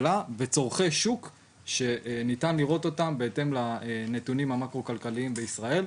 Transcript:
וצורכי שוק שניתן לראות אותם בהתאם לנתונים המאקרו כלכליים במדינת ישראל.